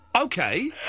Okay